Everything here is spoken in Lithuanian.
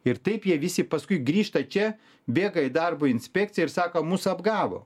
ir taip jie visi paskui grįžta čia bėga į darbo inspekciją ir sako mus apgavo